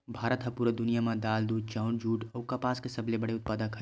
भारत हा पूरा दुनिया में दाल, दूध, चाउर, जुट अउ कपास के सबसे बड़े उत्पादक हरे